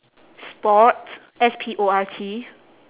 sports S P O R T